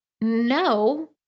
No